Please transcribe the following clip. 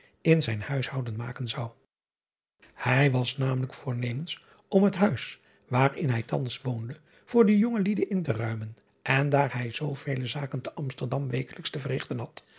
in zijn huishouden maken zou ij was namelijk voornemens om het huis waarin hij thans woonde voor de jonge lieden in te ruimen en daar hij zoovele zaken te msterdam wekelijks te verrigten had